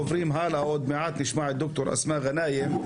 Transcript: עוד מעט נשמע את ד"ר אסמאא גנאים,